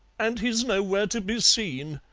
and he's nowhere to be seen.